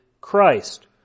Christ